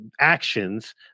actions